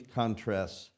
contrasts